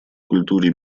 культуре